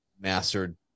mastered